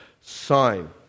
sign